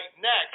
next